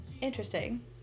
Interesting